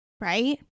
Right